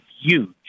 huge